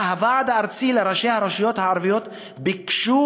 בוועד הארצי של ראשי הרשויות הערביות ביקשו